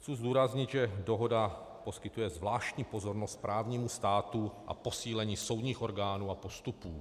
Chci zdůraznit, že dohoda poskytuje zvláštní pozornost právnímu státu a posílení soudních orgánů a postupů.